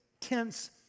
tense